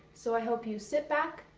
so i hope you sit back,